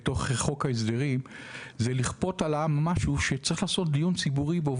ובתוך חוק ההסדרים הוא לכפות על העם משהו שצריך לעשות דיון ציבורי בו.